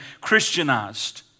Christianized